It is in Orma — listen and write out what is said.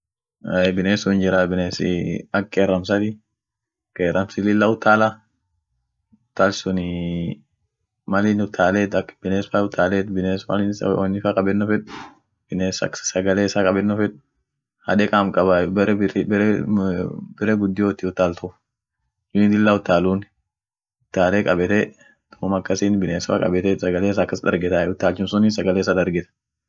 Ahey biness sun hinjiray binessii ak qeramsati, qeramsin lilla utaala utalch sunii malin utaleet ak biness fa utaleet biness malinfa wonni fa kabenno feed biness ak sagale issa kabenno fed hade kaam kabay bere birri bere bere gudiot hi utaltu juu inin lilla utalun utaale kabete duum akasin biness fa kabetet sagale isa akas dargetay utalchum sunii sagale issa dargetay.